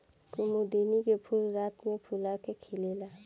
कुमुदिनी के फूल रात में फूला के खिलेला